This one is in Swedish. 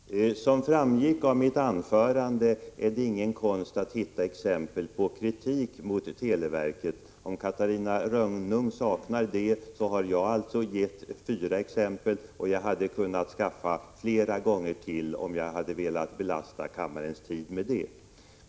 Herr talman! Som framgick av mitt tidigare anförande är det ingen konst att hitta exempel på kritik mot televerket. Om Catarina Rönnung saknar det har jag alltså gett fyra exempel, och jag hade kunnat skaffa många fler om jag velat belasta kammarens tid med det.